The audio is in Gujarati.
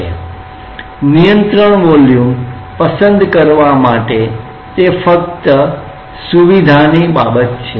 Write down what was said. આ નિયંત્રણ વોલ્યુમ પસંદ કરવા માટે ની અનુકુળતા માત્ર જ છે